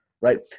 Right